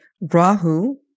Rahu